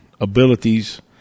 abilities